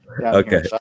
Okay